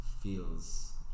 feels